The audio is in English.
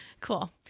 Cool